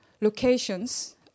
locations